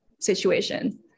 situation